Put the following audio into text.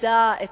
ביצע את